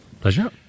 Pleasure